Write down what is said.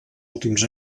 últims